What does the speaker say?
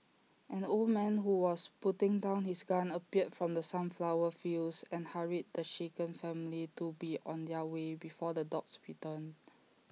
an old man who was putting down his gun appeared from the sunflower fields and hurried the shaken family to be on their way before the dogs return